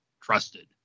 trusted